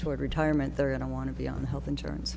toward retirement they're and i want to be on the health insurance